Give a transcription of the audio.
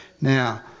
now